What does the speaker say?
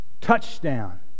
touchdown